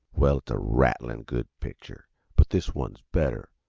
well, it's a rattling good picture but this one's better.